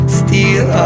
steal